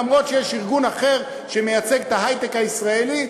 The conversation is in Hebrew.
למרות שיש ארגון אחר שמייצג את ההיי-טק הישראלי,